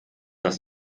das